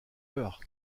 heure